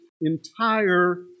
entire